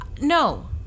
no